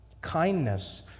kindness